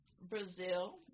Brazil